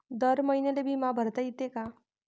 दर महिन्याले बिमा भरता येते का?